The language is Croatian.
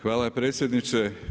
Hvala predsjedniče.